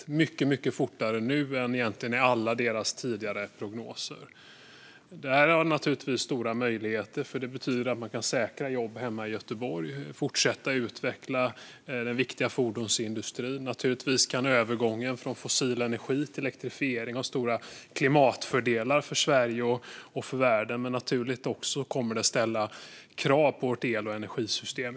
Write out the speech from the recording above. Det går nu mycket fortare än i egentligen alla deras tidigare prognoser. Det här innebär naturligtvis stora möjligheter, för det betyder att man kan säkra jobben hemma i Göteborg och fortsätta utveckla den viktiga fordonsindustrin. Naturligtvis kan övergången från fossil energi till elektrifiering ha stora klimatfördelar för Sverige och för världen, men det kommer också att ställa krav på vårt el och energisystem.